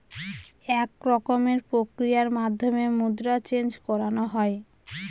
এক রকমের প্রক্রিয়ার মাধ্যমে মুদ্রা চেন্জ করানো হয়